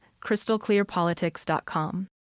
crystalclearpolitics.com